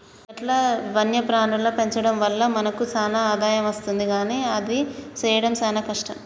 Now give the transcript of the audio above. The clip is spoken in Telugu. గట్ల వన్యప్రాణుల పెంచడం వల్ల మనకు సాన ఆదాయం అస్తుంది కానీ అది సెయ్యడం సాన కష్టం